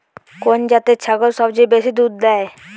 কোন জাতের ছাগল সবচেয়ে বেশি দুধ দেয়?